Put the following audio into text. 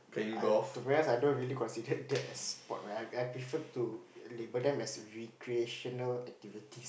I to be honest I don't really consider that as sport where I prefer to label them as recreational activity